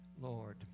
Lord